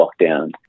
lockdown